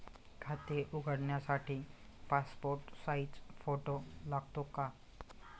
खाते उघडण्यासाठी passport size photo लागतो का?